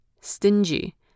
stingy